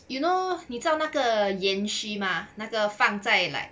you know 你知道那个闫旭 mah 那个放在 like